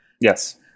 Yes